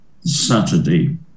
Saturday